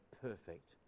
perfect